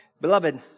Beloved